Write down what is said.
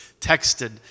texted